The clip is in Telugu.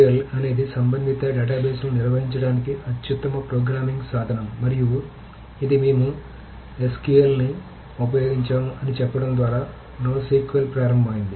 SQL అనేది సంబంధిత డేటాబేస్లను నిర్వహించడానికి అత్యుత్తమ ప్రోగ్రామింగ్ సాధనం మరియు ఇది మేము SQL ని ఉపయోగించము అని చెప్పడం ద్వారా NoSQL ప్రారంభమైంది